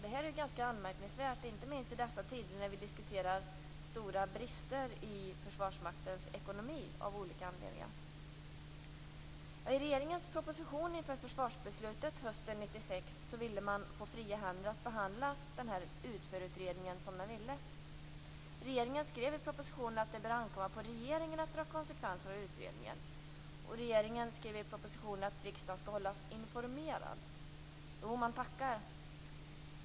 Detta är ganska anmärkningsvärt, inte minst när vi diskuterar stora brister i Försvarsmaktens ekonomi av olika anledningar. I regeringens proposition inför försvarsbeslutet hösten 1996 ville regeringen få fria händer att behandla UTFÖR-utredningen som den ville. Regeringen skrev i propositionen att det bör ankomma på regeringen att dra konsekvenser av utredningen. Regeringen skrev i propositionen att riksdagen skall hållas "informerad". Jo, man tackar.